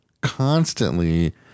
Constantly